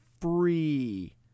free